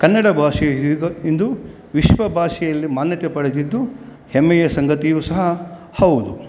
ಕನ್ನಡ ಭಾಷೆಯು ಇವ ಇಂದು ವಿಶ್ವ ಭಾಷೆಯಲ್ಲಿ ಮಾನ್ಯತೆ ಪಡೆದಿದ್ದು ಹೆಮ್ಮೆಯ ಸಂಗತಿಯೂ ಸಹ ಹೌದು